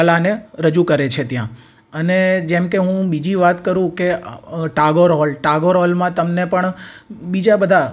કલાને રજૂ કરે છે ત્યાં અને જેમ કે હું બીજી વાત કરું કે ટાગોર હોલ ટાગોર હોલમાં તમને પણ બીજા બધા